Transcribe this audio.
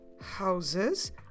houses